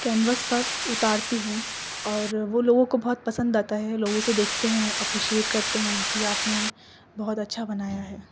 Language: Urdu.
کینوس پر اتارتی ہوں اور وہ لوگوں کو بہت پسند آتا ہے لوگ اسے دیکھتے ہیں اپریشیئٹ کرتے ہیں کہ آپ نے بہت اچھا بنایا ہے